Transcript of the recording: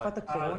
תקופת הקורונה,